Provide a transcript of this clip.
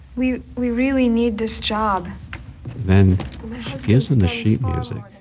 we we really need this job then she gives him the sheet music.